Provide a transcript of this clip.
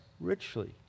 richly